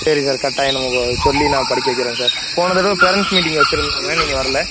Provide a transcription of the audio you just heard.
சரி சார் கட்டாயம் நாங்கள் சொல்லி நான் படிக்க வைக்கிறேன் சார் போன தடவை பேரண்ட்ஸ் மீட்டிங் வச்சிருந்தோமே நீங்கள் வரல